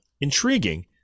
intriguing